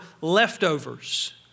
leftovers